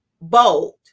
bold